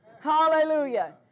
Hallelujah